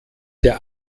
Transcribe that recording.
der